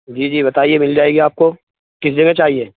جی جی بتائیے مل جائے گی آپ کو کس جگہ چاہیے